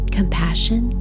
compassion